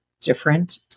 different